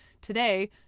Today